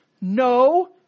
No